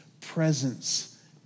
presence